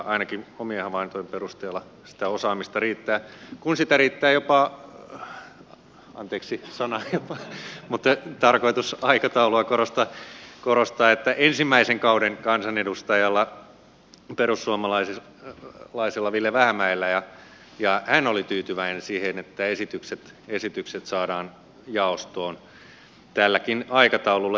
ainakin omien havaintojeni perusteella sitä osaamista riittää kun sitä riittää jopa anteeksi sana jopa mutta oli tarkoitus aikataulua korostaa ensimmäisen kauden kansanedustajalla perussuomalaisella ville vähämäellä ja hän oli tyytyväinen siihen että esitykset saadaan jaostoon tälläkin aikataululla